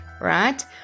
right